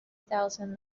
thousand